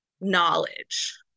knowledge